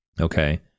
Okay